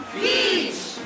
Beach